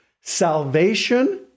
salvation